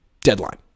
deadline